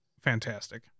fantastic